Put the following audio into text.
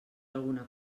alguna